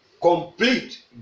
Complete